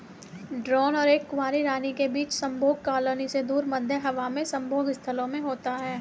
drone और एक कुंवारी रानी के बीच संभोग कॉलोनी से दूर, मध्य हवा में संभोग स्थलों में होता है